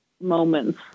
moments